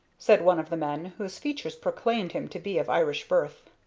said one of the men, whose features proclaimed him to be of irish birth.